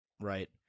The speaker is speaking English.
right